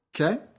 Okay